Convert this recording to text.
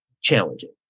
challenging